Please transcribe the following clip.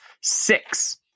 six